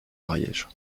ariège